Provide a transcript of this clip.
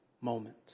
moment